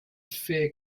fair